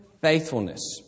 faithfulness